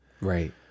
Right